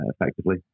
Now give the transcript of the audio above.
effectively